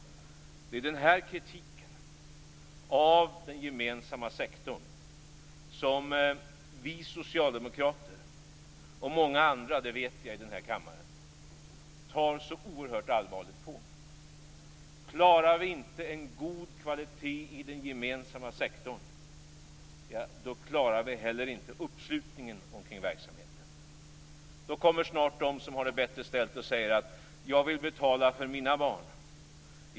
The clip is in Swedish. Det är den här kritiken av den gemensamma sektorn som vi socialdemokrater och många andra här i kammaren, det vet jag, tar så oerhört allvarligt på.